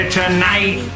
tonight